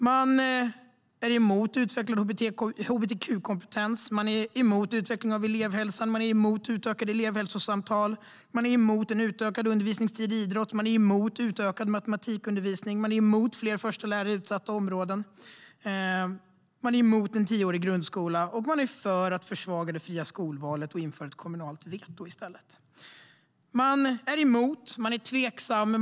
Man är emot utvecklad hbtq-kompetens, emot utveckling av elevhälsan, emot utökade elevhälsosamtal, emot utökad undervisningstid i idrott, emot utökad matematikundervisning, emot fler förstelärare i utsatta områden och emot en tioårig grundskola. Och man är för att försvaga det fria skolvalet och i stället införa ett kommunalt veto. Man är emot. Man är tveksam.